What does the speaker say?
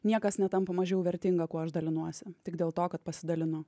niekas netampa mažiau vertinga kuo aš dalinuosi tik dėl to kad pasidalinu